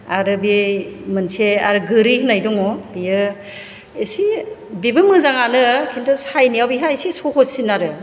आरो बे मोनसे आरो गोरि होननाय दङ बेयो एसे बेबो मोजांआनो किन्टु सायनायाव बेहा एसे सह'ससिन आरो